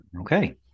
Okay